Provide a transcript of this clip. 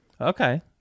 Okay